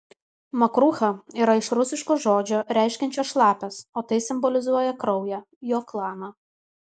makrucha yra iš rusiško žodžio reiškiančio šlapias o tai simbolizuoja kraują jo klaną